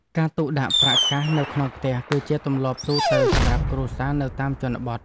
ការទុកដាក់ប្រាក់កាសនៅក្នុងផ្ទះ គឺជាទម្លាប់ទូទៅសម្រាប់គ្រួសារនៅតាមជនបទ។